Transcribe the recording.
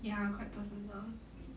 ya quite personal